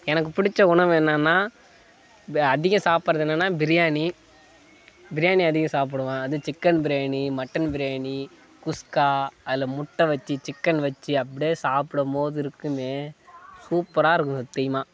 எனக்கு பிடிச்ச உணவு என்னென்னா ப அதிகம் சாப்பிட்றது என்னென்னா பிரியாணி பிரியாணி அதிகம் சாப்பிடுவேன் அது சிக்கன் பிரியாணி மட்டன் பிரியாணி குஸ்க்கா அதில் முட்டை வச்சு சிக்கன் வச்சு அப்படியே சாப்புடும் போது இருக்கும் சூப்பராக இருக்கும் சத்தியமாக